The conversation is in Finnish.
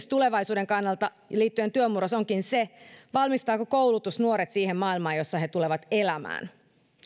tulevaisuuden kannalta liittyen työn murrokseen onkin se valmistaako koulutus nuoret siihen maailmaan jossa he tulevat elämään